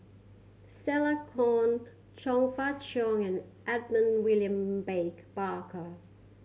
Stella Kon Chong Fah Cheong and Edmund William Baker Barker